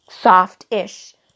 soft-ish